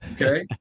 okay